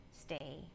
stay